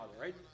right